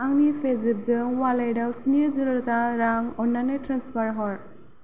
आंनि पेजेफजों अवालेटाव स्नि जि रोजा रां अननानै ट्रेन्सफार हर